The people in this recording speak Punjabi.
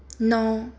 ਨੌਂ